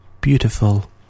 Beautiful